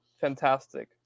fantastic